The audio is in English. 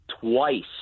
twice